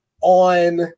on